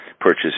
purchase